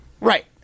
Right